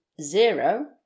zero